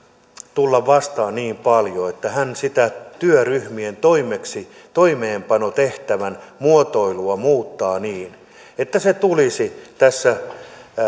tulla vastaan niin paljon että hän sitä työryhmien toimeenpanotehtävän muotoilua muuttaa niin että se tulisi tässä